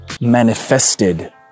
manifested